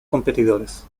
competidores